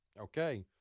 Okay